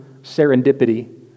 serendipity